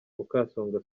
mukasonga